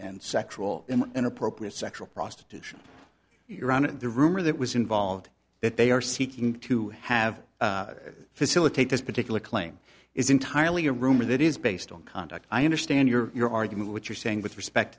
and sexual in inappropriate sexual prostitution iran and the rumor that was involved that they are seeking to have facilitate this particular claim is entirely a rumor that is based on conduct i understand your your argument what you're saying with respect